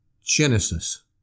Genesis